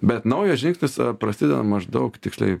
bet naujas žingsnis prasideda maždaug tiksliai